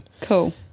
Cool